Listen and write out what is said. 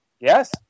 Yes